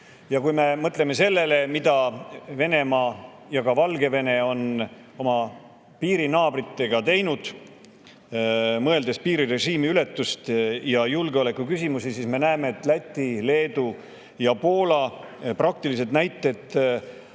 me mõtleme sellele, mida Venemaa ja Valgevene on oma piirinaabritega teinud, [pidades silmas] piirirežiimi ületust ja julgeolekuküsimusi, siis me näeme, et Läti, Leedu ja Poola praktilised näited